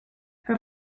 her